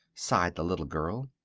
sighed the little girl.